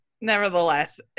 nevertheless